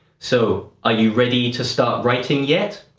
so are you ready to start writing yet?